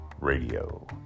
Radio